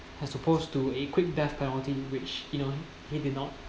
as opposed to a quick death penalty which you know he may not